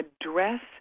address